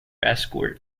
escort